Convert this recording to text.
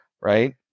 right